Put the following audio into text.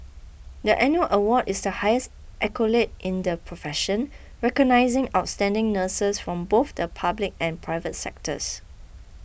the annual award is the highest accolade in the profession recognising outstanding nurses from both the public and private sectors